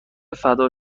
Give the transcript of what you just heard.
فدا